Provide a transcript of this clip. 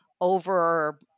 over